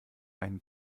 einen